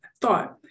thought